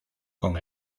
con